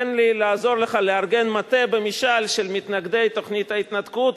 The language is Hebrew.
תן לי לעזור לך לארגן מטה במשאל של מתנגדי תוכנית ההתנתקות,